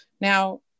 Now